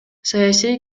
саясий